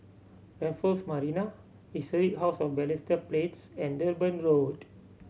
Raffles Marina Historic House of Balestier Plains and Durban Road